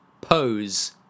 pose